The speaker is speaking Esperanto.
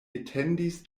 etendis